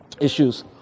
issues